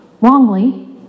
Wrongly